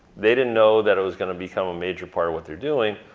they didn't know that it was gonna become a major part of what they're doing.